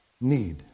need